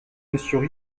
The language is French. messieurs